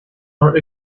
are